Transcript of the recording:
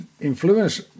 influence